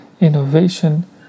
innovation